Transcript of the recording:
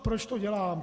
Proč to dělám?